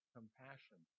Compassion